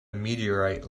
meteorite